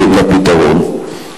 לפתרון.